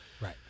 Right